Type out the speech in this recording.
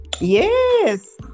Yes